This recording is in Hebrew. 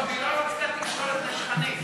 נכון, והיא לא רצתה תקשורת נשכנית.